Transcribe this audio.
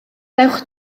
dewch